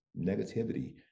negativity